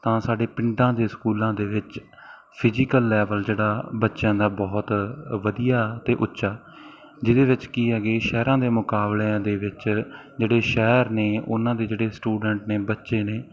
ਤਾਂ ਸਾਡੇ ਪਿੰਡਾਂ ਦੇ ਸਕੂਲਾਂ ਦੇ ਵਿੱਚ ਫਿਜੀਕਲ ਲੈਵਲ ਜਿਹੜਾ ਬੱਚਿਆਂ ਦਾ ਬਹੁਤ ਵਧੀਆ ਅਤੇ ਉੱਚਾ ਜਿਹਦੇ ਵਿੱਚ ਕਿ ਆ ਕਿ ਸ਼ਹਿਰਾਂ ਦੇ ਮੁਕਾਬਲਿਆਂ ਦੇ ਵਿੱਚ ਜਿਹੜੇ ਸ਼ਹਿਰ ਨੇ ਉਹਨਾਂ ਦੇ ਜਿਹੜੇ ਸਟੂਡੈਂਟ ਨੇ ਬੱਚੇ ਨੇ